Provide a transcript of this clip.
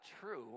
true